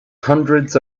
hundreds